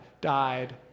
died